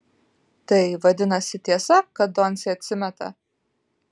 tai vadinasi tiesa kad doncė atsimeta